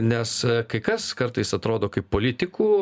nes kai kas kartais atrodo kaip politikų